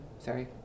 sorry